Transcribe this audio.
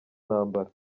ntambara